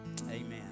Amen